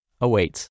awaits